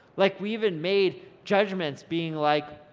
like we even made judgements, being like,